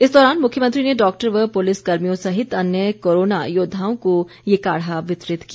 इस दौरान मुख्यमंत्री ने डॉक्टर व पुलिस कर्मियों सहित अन्य कोरोना योद्वाओं को ये काढ़ा वितरित किया